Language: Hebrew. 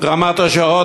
רמת-השרון,